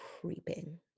creeping